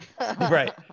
Right